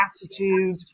attitude